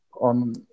on